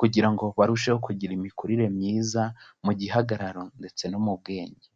kugira ngo barusheho kugira imikurire myiza mu gihagararo ndetse no mu bwenge.